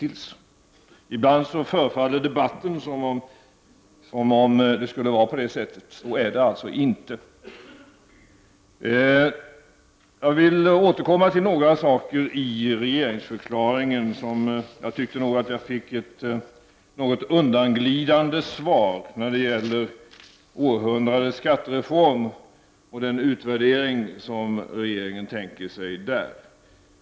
Ibland förefaller det av debatten som om det skulle vara på det sättet, men så är det alltså inte. Jag vill återkomma till några saker i regeringsförklaringen. Jag tycker nog att jag fick ett något undanglidande svar på mina frågor om ”århundradets skattereform” och den utvärdering som regeringen avser att göra av denna.